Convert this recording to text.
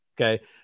Okay